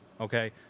Okay